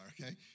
okay